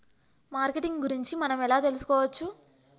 Marketing గురించి మనం ఎలా తెలుసుకోవచ్చు?